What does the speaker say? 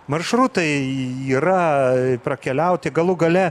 maršrutai yra prakeliauti galų gale